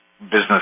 business